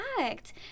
act